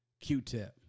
Q-Tip